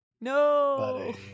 no